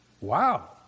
Wow